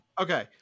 Okay